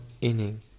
inning